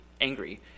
angry